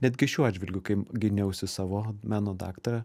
netgi šiuo atžvilgiu kai gyniausi savo meno daktarą